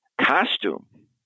costume